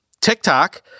TikTok